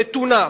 מתונה,